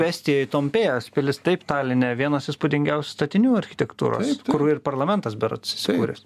estijoj tompėjos pilis taip taline vienas įspūdingiausių statinių architektūros kur ir parlamentas berods įsikūręs